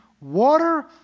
Water